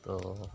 ত'